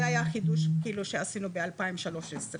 זה היה חישוב שעשינו ב-2013.